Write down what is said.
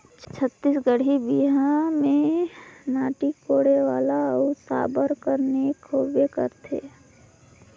छत्तीसगढ़ी बिहा मे माटी कोड़े वाला अउ साबर कर नेग होबे करथे